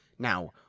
Now